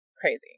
crazy